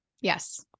Yes